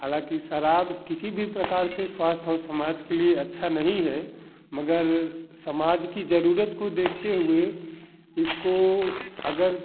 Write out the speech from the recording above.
हालांकि शराब किसी भी प्रकार से स्वास्थ्य और समाज के लिए अच्छा नहीं है मगर समाज की जरूरत को देखते हुए इसको अगर